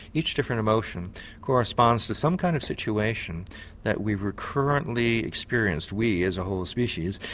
each different emotion corresponds to some kind of situation that we've recurrently experienced we. as a whole of species.